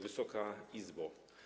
Wysoka Izbo!